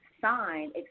sign